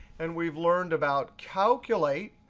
and we've learned about calculate,